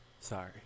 Sorry